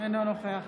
אינו נוכח